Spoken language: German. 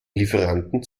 lieferanten